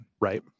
Right